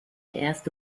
erste